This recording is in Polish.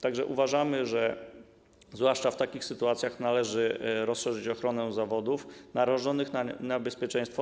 Tak że uważamy, że zwłaszcza w takich sytuacjach należy rozszerzyć ochronę zawodów narażonych na niebezpieczeństwo.